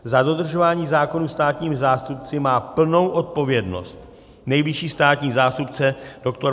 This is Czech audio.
Za dodržování zákonů státními zástupci má plnou odpovědnost nejvyšší státní zástupce dr.